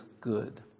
good